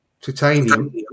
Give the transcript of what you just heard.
titanium